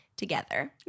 Together